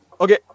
Okay